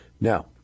Now